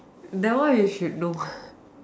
the one you should know